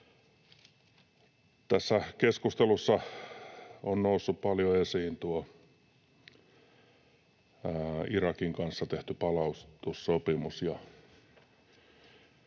Tässä keskustelussa on noussut paljon esiin Irakin kanssa tehty palautussopimus.